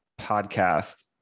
podcast